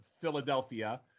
Philadelphia